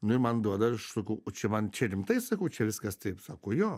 nu ir man duoda aš sakau čia man čia rimtai sakau čia viskas taip sako jo